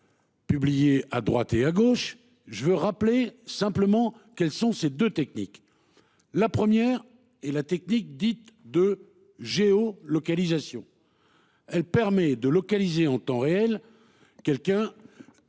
étaient déjà appliquées. Je veux rappeler simplement quelles sont ces deux techniques. La première est la technique dite de géolocalisation. Elle permet de localiser en temps réel quelqu'un